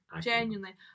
genuinely